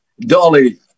Dolly